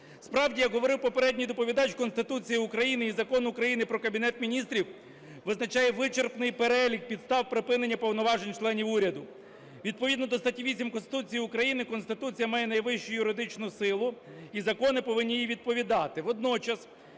Справді, як говорив попередній доповідач, Конституція України і Закон України про Кабінет Міністрів визначає вичерпний перелік підстав припинення повноважень членів уряду. Відповідно до статті 8 Конституції України, Конституція має найвищу юридичну силу, і закони повинні їй відповідати.